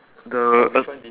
the uh